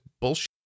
bullshit